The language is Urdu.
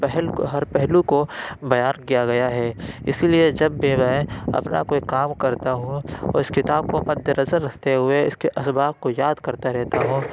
پہل کو ہر پہلو کو بیان کیا گیا ہے اس لیے جب بھی میں اپنا کوئی کام کرتا ہوں تو اس کتاب کو مد نظر رکھتے ہوئے اس کے اسباق کو یاد کرتا رہتا ہوں